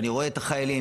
ואני רואה את החיילים.